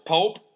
Pope